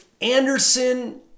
Anderson